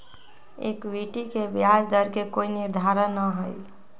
equity के ब्याज दर के कोई निर्धारण ना हई